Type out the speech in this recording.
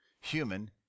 human